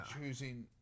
choosing